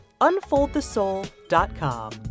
unfoldthesoul.com